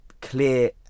clear